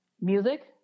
music